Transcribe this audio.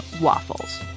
waffles